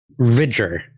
Ridger